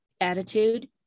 attitude